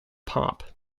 pop